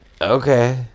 Okay